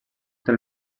del